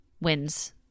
wins